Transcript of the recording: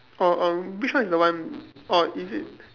orh um which one is the one or is it